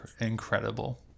incredible